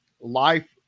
life